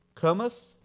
Cometh